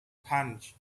punch